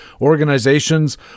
organizations